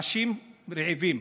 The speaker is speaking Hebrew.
אנשים רעבים.